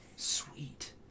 Sweet